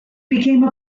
became